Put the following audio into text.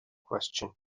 question